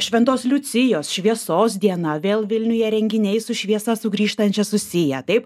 šventos liucijos šviesos diena vėl vilniuje renginiai su šviesa sugrįžtančia susiję taip